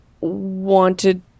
wanted